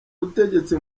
butegetsi